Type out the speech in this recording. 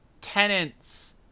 tenants